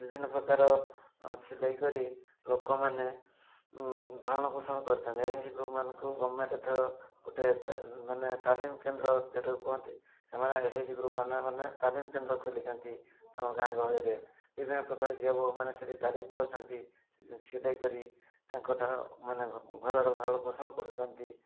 ବିଭିନ୍ନ ପ୍ରକାର ସିଲେଇ କରି ଲୋକମାନେ ଭରଣ ପୋଷଣ କରିଥାନ୍ତି ଗ୍ରୁପ୍ମାନଙ୍କୁ ଗଭର୍ଣ୍ଣମେଣ୍ଟ୍ ଗୋଟିଏ ମାନେ ତାଲିମ କେନ୍ଦ୍ର ଯେଉଁ ଟାକୁ କୁହନ୍ତି ସେମାନେ ଏସ୍ ଏଚ୍ ଜି ଗ୍ରୁପ୍ମାନେ ତାଲିମ କେନ୍ଦ୍ର ଖୋଲିଛନ୍ତି ଆମ ଗାଁ ଗହଳିରେ ବିଭିନ୍ନ ପ୍ରକାର ଝିଅ ବୋହୁମାନେ ସେଠି ତାଲିମ ପାଉଛନ୍ତି ସିଲେଇ କରି ତାଙ୍କଠାରୁ ମାନେ ଘରର ଭରଣ ପୋଷଣ କରୁଚନ୍ତି